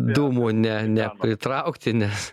dūmų ne ne pritraukti nes